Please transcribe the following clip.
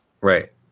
Right